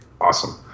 awesome